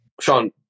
Sean